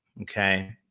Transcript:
Okay